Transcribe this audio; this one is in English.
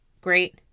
great